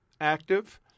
active